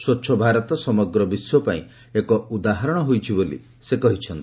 ସ୍ୱଚ୍ଛ ଭାରତ ସମଗ୍ର ବିଶ୍ୱ ପାଇଁ ଏକ ଉଦାହରଣ ହୋଇଛି ବୋଲି ସେ କହିଛନ୍ତି